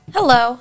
Hello